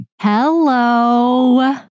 Hello